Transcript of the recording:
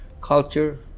culture